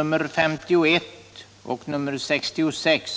så skall jag besvara den.